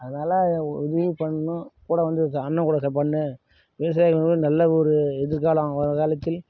அதனால உதவியும் பண்ணணும் கூட வந்து த அண்ணன் கூட ச பண்ணு விவசாயிகளுக்கு ஒரு நல்ல ஒரு எதிர்காலம் வரும் காலத்தில்